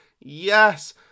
Yes